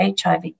HIV